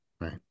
right